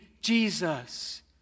Jesus